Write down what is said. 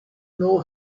know